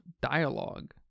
dialogue